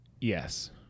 yes